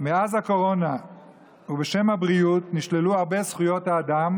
מאז הקורונה ובשם הבריאות נשללו הרבה זכויות אדם